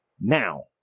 Now